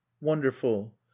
wonderful